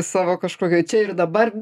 savo kažkokio čia ir dabar